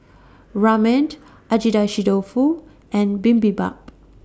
Ramen Agedashi Dofu and Bibimbap